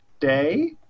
day